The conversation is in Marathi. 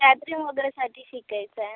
गॅदरिंग वगैरेसाठी शिकायचा आहे